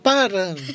Parang